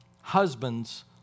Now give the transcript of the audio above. Husbands